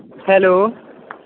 hello